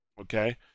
Okay